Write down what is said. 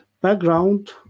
background